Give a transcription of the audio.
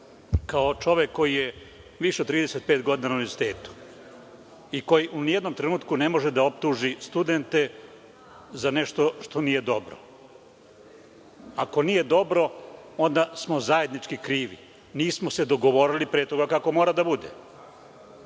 kao čovek koji je više od 35 godina na univerzitetu i koji ni u jednom trenutku ne može da optuži studente za nešto što nije dobro. Ako nije dobro, onda smo zajednički krivi jer se nismo dogovorili pre toga kako mora da bude. Ono